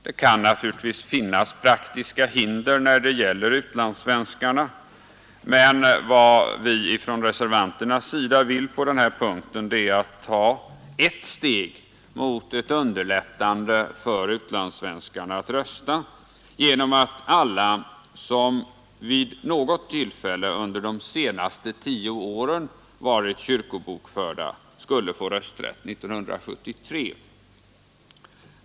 Det kan naturligtvis finnas praktiska hinder när det gäller utlandssvenskarna, men vad vi från reservanternas sida vill på den här punkten är att ta ett steg mot underlättande för utlandssvenskarna att rösta genom att alla som vid något tillfälle under de senaste tio åren varit kyrkobokförda i Sverige skall få rösträtt 1973.